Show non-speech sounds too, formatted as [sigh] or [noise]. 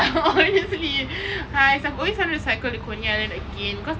[laughs] honestly I've always wanted to cycle to coney island again because